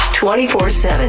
24-7